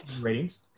ratings